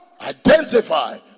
identify